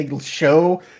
show